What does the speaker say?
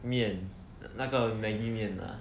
面那个 Maggi 面 lah